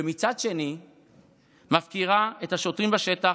ומצד שני מפקירה את השוטרים בשטח,